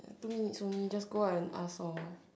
two minutes only just go out and ask ah